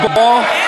טוב,